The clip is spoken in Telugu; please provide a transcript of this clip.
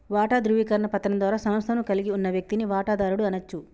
వాటా ధృవీకరణ పత్రం ద్వారా సంస్థను కలిగి ఉన్న వ్యక్తిని వాటాదారుడు అనచ్చు